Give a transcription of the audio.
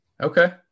Okay